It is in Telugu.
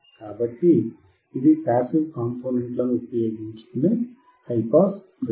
కాబట్టి ఇది పాసివ్ కాంపోనెంట్ లను ఉపయోగించుకునే హై పాస్ ఫిల్టర్